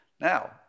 Now